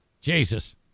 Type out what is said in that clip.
Jesus